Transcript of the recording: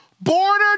Border